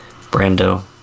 Brando